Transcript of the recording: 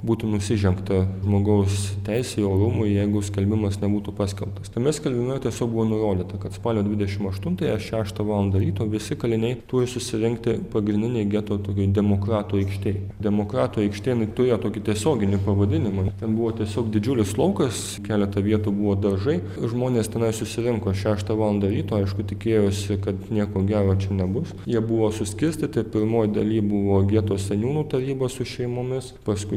būtų nusižengta žmogaus teisei orumui jeigu skelbimas nebūtų paskelbtas tame skelbime tiesiog buvo nurodyta kad spalio dvidešimt aštuntąją šeštą valandą ryto visi kaliniai turi susirinkti pagrindinėj geto tokioj demokratų aikštėj demokratų aikštė jinai turėjo tokį tiesioginį pavadinimą ten buvo tiesiog didžiulis laukas keletą vietų buvo dažai žmonės tenais susirinko šeštą valandą ryto aišku tikėjosi kad nieko gero čia nebus jie buvo suskirstyti pirmoj daly buvo geto seniūnų tarybos su šeimomis paskui